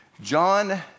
John